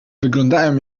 wyglądają